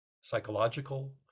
psychological